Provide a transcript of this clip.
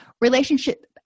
Relationship